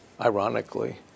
ironically